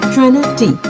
Trinity